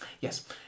yes